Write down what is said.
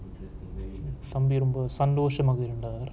சந்தூர் இந்த சந்தோசம் மகிழ் உண்டாகர்:santhoor intha santhosam magizh undagar